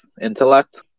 intellect